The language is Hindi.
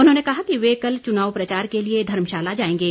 उन्होंने कहा कि वे कल चुनाव प्रचार के लिए धर्मशाला जाएंगे